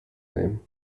nehmen